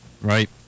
Right